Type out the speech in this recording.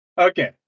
okay